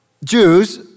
Jews